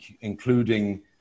including